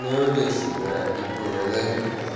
new ஜெர்சியில் இப்போ weather என்ன